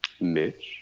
Mitch